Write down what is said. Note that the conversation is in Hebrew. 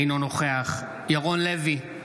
אינו נוכח ירון לוי, אינו נוכח